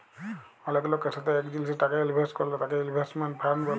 অলেক লকের সাথে এক জিলিসে টাকা ইলভেস্ট করল তাকে ইনভেস্টমেন্ট ফান্ড ব্যলে